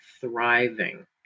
thriving